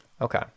Okay